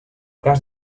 cas